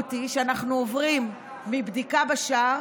המשמעות היא שאנחנו עוברים מבדיקה בשער,